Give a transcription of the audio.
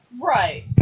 right